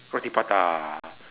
roti prata